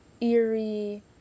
eerie